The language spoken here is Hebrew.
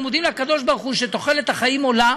אנחנו מודים לקדוש ברוך הוא שתוחלת החיים עולה